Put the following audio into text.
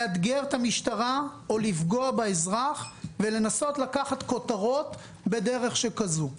לאתגר את המשטרה או לפגוע באזרח ולנסות לקחת כותרות בדרך שכזאת.